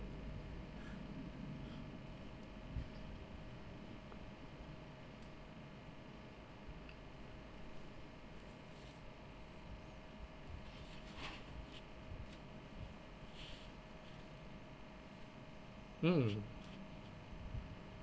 mm